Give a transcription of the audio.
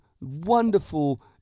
wonderful